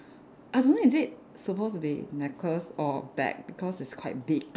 I don't know is it supposed to be necklace or bag because it's quite big